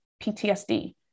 PTSD